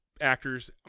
actors